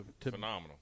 Phenomenal